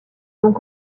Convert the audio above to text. donc